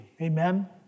Amen